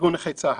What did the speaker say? ארגון נכי צה"ל.